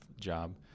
job